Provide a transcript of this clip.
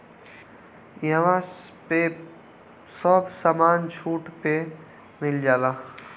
इहवा पे सब समान छुट पे मिल जाला